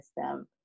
system